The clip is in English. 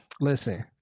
Listen